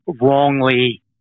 wrongly